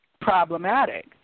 problematic